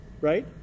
right